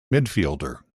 midfielder